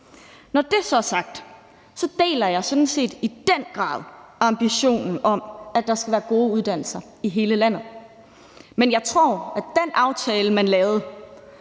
Når det så er sagt, deler jeg sådan set i den grad ambitionen om, at der skal være gode uddannelser i hele landet. Men jeg tror, at den aftale, man lavede,